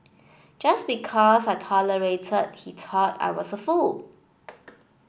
just because I tolerated he thought I was a fool